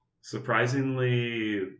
surprisingly